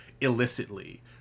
illicitly